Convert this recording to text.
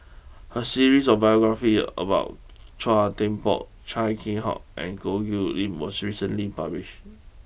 a series of biographies about Chua Thian Poh Chia Keng Hock and Goh Chiew Lye was recently published